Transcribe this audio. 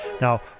Now